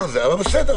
בסדר.